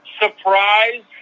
surprise